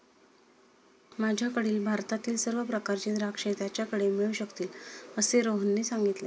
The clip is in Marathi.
माझ्याकडील भारतातील सर्व प्रकारची द्राक्षे त्याच्याकडे मिळू शकतील असे रोहनने सांगितले